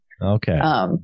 Okay